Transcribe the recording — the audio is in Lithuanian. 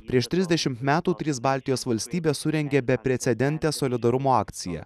prieš trisdešimt metų trys baltijos valstybės surengė beprecedentę solidarumo akciją